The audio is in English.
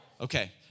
Okay